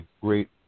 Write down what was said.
great